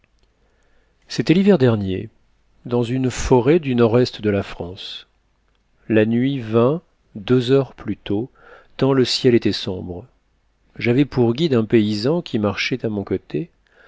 c'était l'hiver dernier dans une forêt du nord-est de la france la nuit vint deux heures plus tôt tant le ciel était sombre j'avais pour guide un paysan qui marchait à mon côté